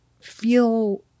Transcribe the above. feel